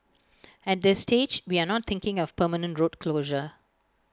at this stage we are not thinking of permanent road closure